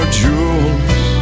jewels